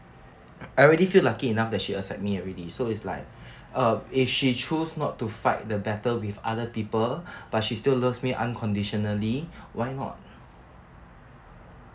I really feel lucky enough that she accept me already so it's like uh if she choose not to fight the battle with other people but she still loves me unconditionally why not